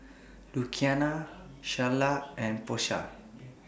Luciana Sharla and Porsha